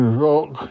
rock